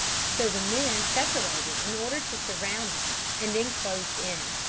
so the men separated in order to surround them, and then closed in.